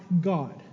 God